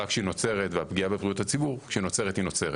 כשנוצרת תקלה ופוגעת בבריאות הציבור היא נוצרת.